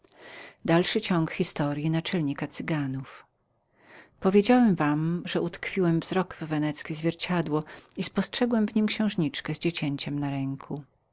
w te słowa powiedziałem wam że utkwiłem wzrok w weneckie zwierciadło i spostrzegłem w niem księżniczkę z dziecięciem na ręku